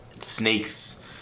snakes